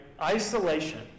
Isolation